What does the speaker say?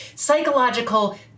psychological